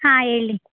ಹಾಂ ಹೇಳಿ